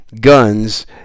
guns